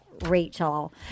Rachel